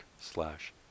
slash